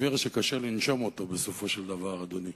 ואוויר שקשה לנשום אותו בסופו של דבר, אדוני.